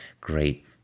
great